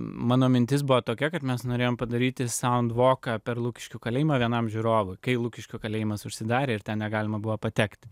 mano mintis buvo tokia kad mes norėjom padaryti per lukiškių kalėjimą vienam žiūrovui kai lukiškių kalėjimas užsidarė ir ten negalima buvo patekti